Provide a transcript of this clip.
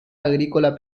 agrícola